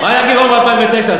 מה היה הגירעון ב-2009,